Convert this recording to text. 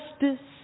justice